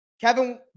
Kevin